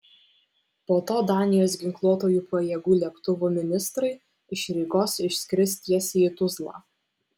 po to danijos ginkluotųjų pajėgų lėktuvu ministrai iš rygos išskris tiesiai į tuzlą